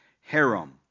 harem